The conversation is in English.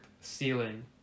ceiling